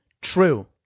true